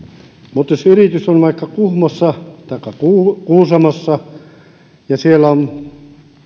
mutta jos yritys on vaikka kuhmossa taikka kuusamossa ja siellä on